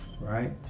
right